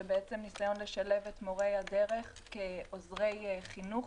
בעצם ניסיון לשלב את מורי הדרך כעוזרי החינוך